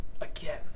Again